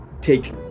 take